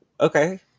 Okay